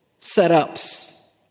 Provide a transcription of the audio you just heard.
setups